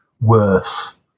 worse